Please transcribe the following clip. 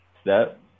step